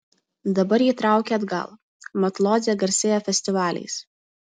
dabar jį traukia atgal mat lodzė garsėja festivaliais